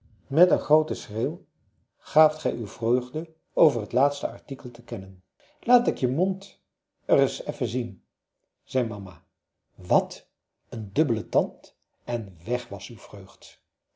met een grooten schreeuw gaaft gij uwe vreugde over het laatste artikel te ennen laat ik je mond reis effen zien zei mama wat een dubbele tand en weg was uw vreugd